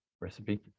recipe